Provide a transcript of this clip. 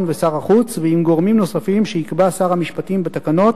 ושר החוץ ועם גורמים נוספים שיקבע שר המשפטים בתקנות,